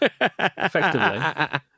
Effectively